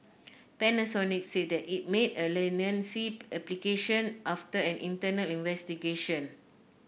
Panasonic said that it made a leniency application after an internal investigation